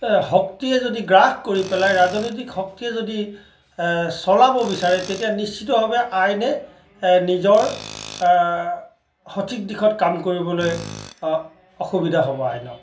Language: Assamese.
শক্তিয়ে যদি গ্ৰাস কৰি পেলায় ৰাজনৈতিক শক্তিয়ে যদি চলাব বিচাৰে তেতিয়া নিশ্চিতভাৱে আইনে নিজৰ সঠিক দিশত কাম কৰিবলৈ অসুবিধা হ'ব আইনৰ